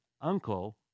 uncle